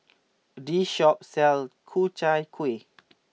this shop sells Ku Chai Kuih